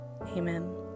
amen